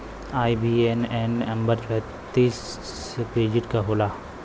IBAN number चौतीस digit क होला